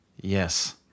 Yes